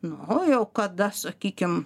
nu jau kada sakykim